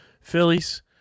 phillies